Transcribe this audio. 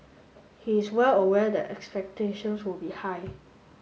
he is well aware that expectation will be high